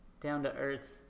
down-to-earth